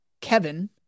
Kevin